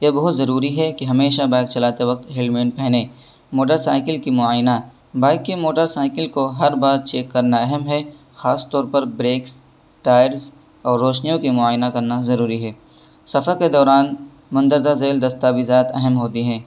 یہ بہت ضروری ہے کہ ہمیشہ بائک چلاتے وقت ہیلمیٹ پہنیں موٹر سائیکل کی معائنہ بائک کی موٹر سائیکل کو ہر بار چیک کرنا اہم ہے خاص طور پر بریکس ٹائرس اور روشنیوں کا معائنہ کرنا ضروری ہے سفر کے دوران مندرجہ ذیل دستاویزات اہم ہوتی ہیں